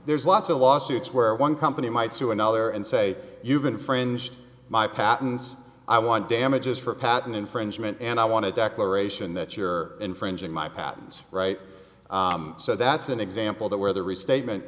there's lots of lawsuits where one company might sue another and say you've been friends my patents i want damages for patent infringement and i want to declaration that you're infringing my patents right so that's an example that where the restatement